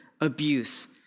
abuse